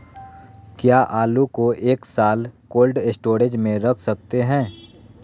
क्या आलू को एक साल कोल्ड स्टोरेज में रख सकते हैं?